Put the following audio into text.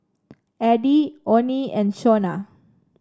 Addie Onnie and Shonna